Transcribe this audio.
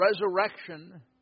resurrection